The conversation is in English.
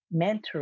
mentoring